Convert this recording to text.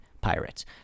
pirates